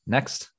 Next